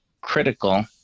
critical